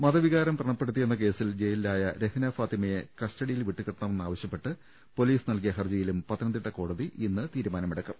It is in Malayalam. മതവികാരം പ്രണപ്പെടുത്തിയെന്ന കേസിൽ ജയിലിലായ രഹ്ന ഫാത്തിമയെ കസ്റ്റഡിയിൽ വിട്ടുകിട്ടണമെന്നാവശൃപ്പെട്ട് പൊലീസ് നൽകിയ ഹർജിയിലും കോടതി ഇന്ന് തീരുമാനമെടുക്കും